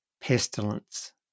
pestilence